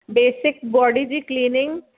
basic body जी cleaning